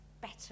better